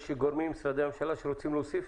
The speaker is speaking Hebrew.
יש גורמים ממשרדי הממשלה שרוצים להוסיף?